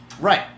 Right